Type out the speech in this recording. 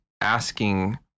asking